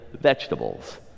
vegetables